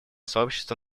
сообщества